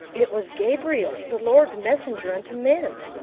it was gabriel, the lord's messenger unto men.